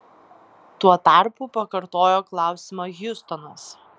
tuo tarpu pakartojo klausimą hjustonas